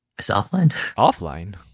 offline